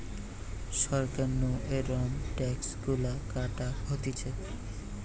সরকার নু এরম ট্যাক্স গুলা কাটা হতিছে